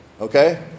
okay